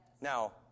Now